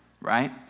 right